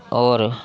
होर